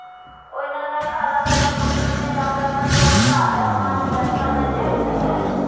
ओहिना नै खड़ा भेलै मुखिय मे आंकड़ाक सभ ताल भांज बैठा नेने छल